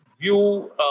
view